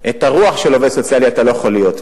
את הרוח של עובד סוציאלי, אתה לא יכול להיות.